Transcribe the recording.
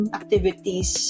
activities